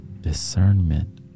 discernment